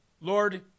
lord